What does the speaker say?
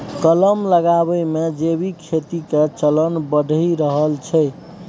कलम लगाबै मे जैविक खेती के चलन बढ़ि रहल छै